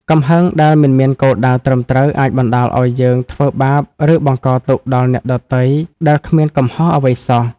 កំហឹងដែលមិនមានគោលដៅត្រឹមត្រូវ អាចបណ្ដាលឲ្យយើងធ្វើបាប ឬបង្កទុក្ខដល់អ្នកដទៃដែលគ្មានកំហុសអ្វីសោះ។